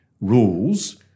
rules